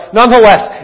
Nonetheless